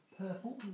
purple